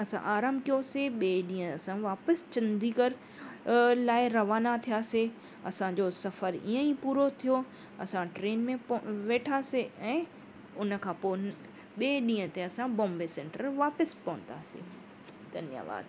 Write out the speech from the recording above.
असां आरामु कयोसीं ॿिए ॾींहुं असां वापसि चंडीगढ़ अ लाइ रवाना थियासीं असांजो सफ़र ईअं ई पूरो थियो असां ट्रेन में पो वेठासीं ऐं उनखां पोइ ॿिए ॾींहं ते असां बॉम्बे सैंटर वापसि पहुतासीं धन्यवाद